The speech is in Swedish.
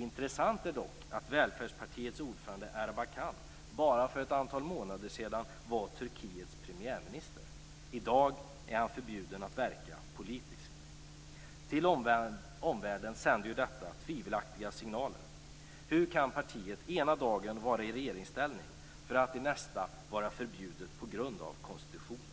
Intressant är dock att välfärdspartiets ordförande, Erbakan, för bara några månader sedan var Turkiets premiärminister. I dag är han förbjuden att verka politiskt. Detta sänder tvivelaktiga signaler till omvärlden. Hur kan partiet ena dagen vara i regeringsställning för att nästa dag vara förbjudet på grund av konstitutionen?